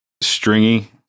stringy